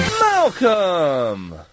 Malcolm